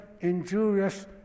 injurious